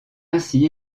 ainsi